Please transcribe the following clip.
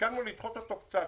והסכמנו לדחות אותו קצת,